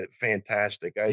fantastic